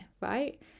right